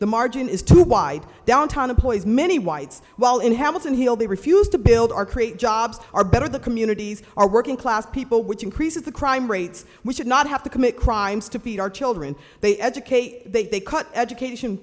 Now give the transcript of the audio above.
the margin is too wide downtown employees many whites while in hamilton he'll be refused to build our create jobs are better the communities are working class people which increases the crime rates we should not have to commit crimes to feed our children they educate they cut education